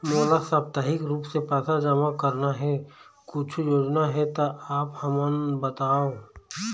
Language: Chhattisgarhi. मोला साप्ताहिक रूप से पैसा जमा करना हे, कुछू योजना हे त आप हमन बताव?